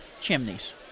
chimneys